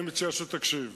אני מציע שתקשיב,